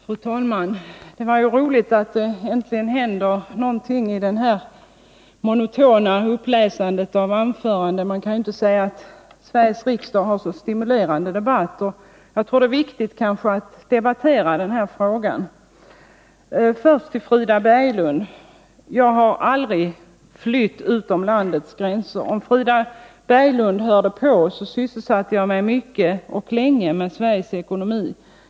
Fru talman! Det var roligt att det äntligen hände någonting i detta monotona uppläsande av anföranden. Man kan inte säga att Sveriges riksdag har speciellt stimulerande debatter, och jag tror att det är viktigt att debattera denna fråga. Först några ord till Frida Berglund. Jag har aldrig flytt utom landets gränser. Om Frida Berglund hade hört på, hade hon kunnat notera att jag sysselsatte mig länge med Sveriges ekonomi.